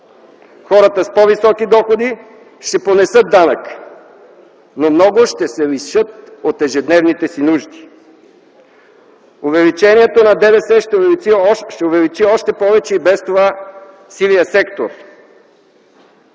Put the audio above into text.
Хората с по-високи доходи ще понесат данъка, но много ще се лишат от ежедневните си нужди. Увеличението на ДДС ще увеличи още повече и без това сивия сектор.